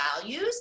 values